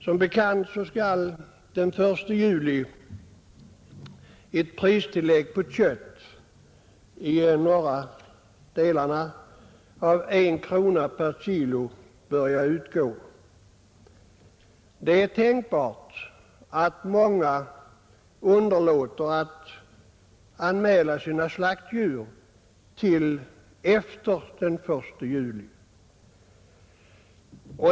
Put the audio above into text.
Som bekant skall ett pristillägg på kött på 1 krona per kilo börja utgå den 1 juli i de norra delarna. Det är tänkbart att många underlåter att anmäla sina djur till slakt tills efter den 1 juli.